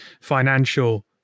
financial